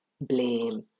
blame